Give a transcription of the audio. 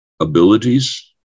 abilities